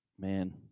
man